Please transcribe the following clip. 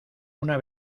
una